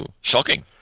Shocking